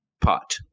Pot